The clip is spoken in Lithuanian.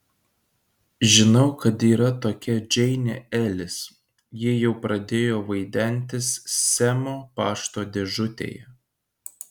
žinau kad yra tokia džeinė elis ji jau pradėjo vaidentis semo pašto dėžutėje